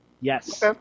yes